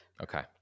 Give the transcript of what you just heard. Okay